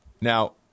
Now –